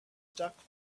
stuck